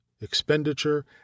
expenditure